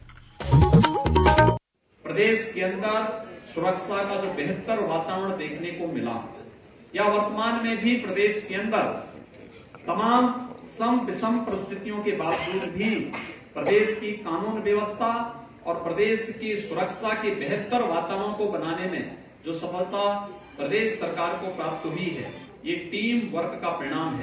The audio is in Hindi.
बाइट प्रदेश के अन्दर सुरक्षा का जो बेहतर वातावरण देखने को मिला है यह वर्तमान में भी प्रदेश के अन्दर तमाम सम दिषम परिस्थितियों के बावजूद भी प्रदेश की कानून व्यवस्था और प्रदेश की सुरक्षा के बेहतर वातावरण को बनाने में जो सफलता प्रदेश सरकार को प्राप्त हुई है तीन वर्ष का परिणाम है